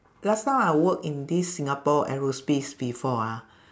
last time I work in this singapore aerospace before ah